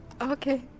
Okay